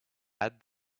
add